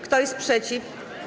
Kto jest przeciw?